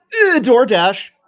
DoorDash